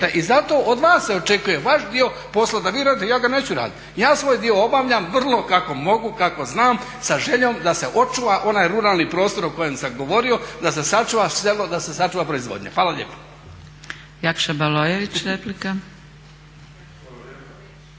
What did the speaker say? I zato od vas se očekuje vaš dio posla da vi radite, ja ga neću raditi. Ja svoj dio obavljam vrlo kako mogu, kako znam sa željom da se očuva onaj ruralni prostor o kojem sam govorio, da se sačuva selo, da se sačuva proizvodnja. Hvala lijepa. **Zgrebec, Dragica